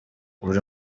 buri